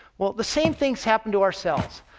well, the same things happen to our cells.